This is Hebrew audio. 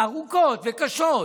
ארוכות וקשות,